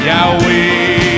Yahweh